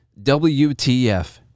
WTF